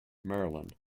maryland